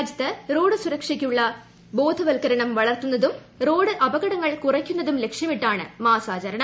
രാജ്യത്ത് റോഡ് സുരക്ഷയെക്കുറിച്ചുള്ള ബോധവത്ക്കരണം വളർത്തുന്നതും റോഡ് അപകടങ്ങൾ കുറയ്ക്കുന്നതും ലക്ഷ്യമിട്ടാണ് മാസാചരണം